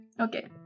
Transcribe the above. Okay